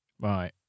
Right